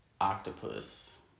octopus